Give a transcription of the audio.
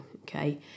okay